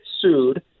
sued